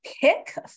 pick